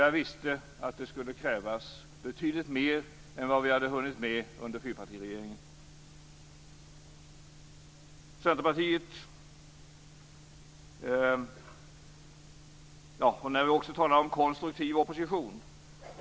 Jag visste att det skulle krävas betydligt mer än vad vi hade hunnit med under fyrpartiregeringen. Låt oss tala om konstruktiv opposition.